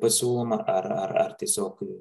pasiūloma ar ar ar tiesiog